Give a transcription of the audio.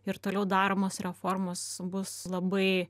ir toliau daromos reformos bus labai